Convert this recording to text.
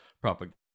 propaganda